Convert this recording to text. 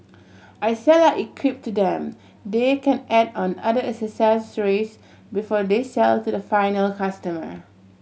I sell our equip to them they can add on other accessories before they sell to the final customer